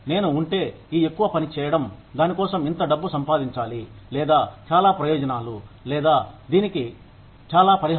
నేను ఉంటే ఈ ఎక్కువ పని చేయడం దాని కోసం ఇంత డబ్బు సంపాదించాలి లేదా చాలా ప్రయోజనాలు లేదా దీనికి చాలా పరిహారం